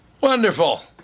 Wonderful